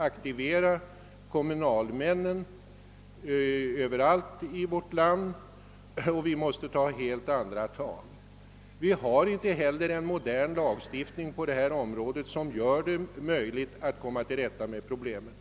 aktivera kommunalmännen Överallt i vårt land och ta kraftigare tag. Vi har inte heller den moderna lagstiftning på miljövårdens område som behövs för att komma till rätta med problemen.